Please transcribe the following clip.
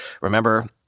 Remember